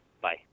Bye